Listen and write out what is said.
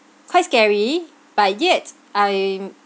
quite scary but yet I